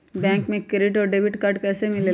Bank से credit और debit card कैसी मिलेला?